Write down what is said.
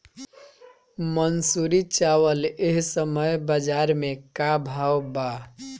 मंसूरी चावल एह समय बजार में का भाव बा?